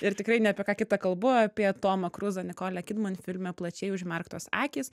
ir tikrai ne apie ką kitą kalbu apie tomą kruzą nikolę kidman filme plačiai užmerktos akys